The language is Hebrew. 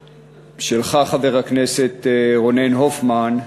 שלך, חבר הכנסת רונן הופמן,